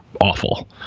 awful